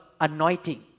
anointing